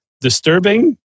disturbing